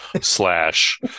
slash